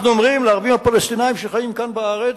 אנחנו אומרים לערבים הפלסטינים שחיים כאן בארץ: